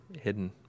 hidden